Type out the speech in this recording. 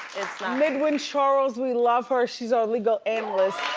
midwin charles, we love her. she's our legal analyst.